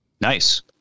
Nice